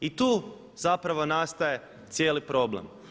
I tu zapravo nastaje cijeli problem.